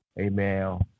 Amen